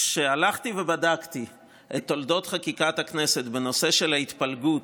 כשהלכתי ובדקתי את תולדות חקיקת הכנסת בנושא של ההתפלגות,